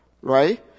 Right